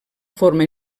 forma